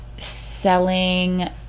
selling